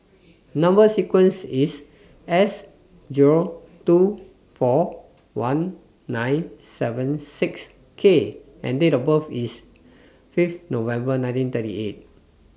Number sequence IS S two four one nine seven six K and Date of birth IS five November one nine three eight